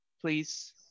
Please